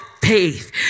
faith